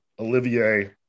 Olivier